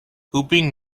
hooping